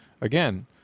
again